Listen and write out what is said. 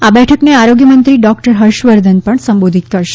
આ બેઠકને આરોગ્યમંત્રી ડોક્ટર હર્ષવર્ધન પણ સંબોધિત કરશે